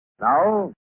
Now